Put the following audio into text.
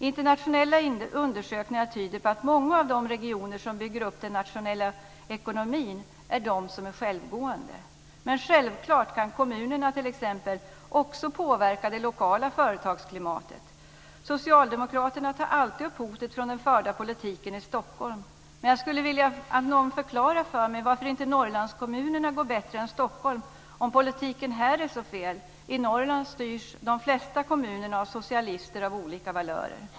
Internationella undersökningar tyder på att många av de regioner som bygger upp den nationella ekonomin är de som är självgående. Men självklart kan kommunerna t.ex. också påverka det lokala företagsklimatet. Socialdemokraterna tar alltid upp hotet från den förda politiken i Stockholm. Men jag skulle vilja att någon förklarade för mig varför inte Norrlandskommunerna går bättre än Stockholm, om politiken här är så fel. I Norrland styrs ju de flesta kommunerna av socialister av olika valörer.